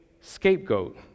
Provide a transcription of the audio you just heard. scapegoat